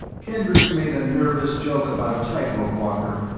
kendricks made a nervous joke about a tightrope walker,